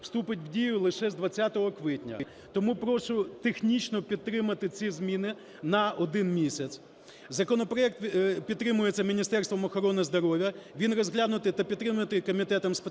вступить в дію лише з 20 квітня. Тому прошу технічно підтримати ці зміни на один місяць. Законопроект підтримується Міністерством охорони здоров'я, він розглянутий та підтриманий Комітетом з